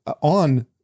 On-